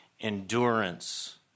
endurance